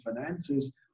finances